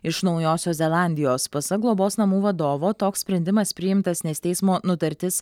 iš naujosios zelandijos pasak globos namų vadovo toks sprendimas priimtas nes teismo nutartis